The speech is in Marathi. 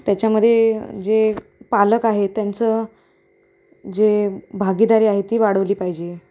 त्याच्यामध्ये जे पालक आहे त्यांचं जे भागीदारी आहे ती वाढवली पाहिजे